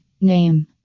Name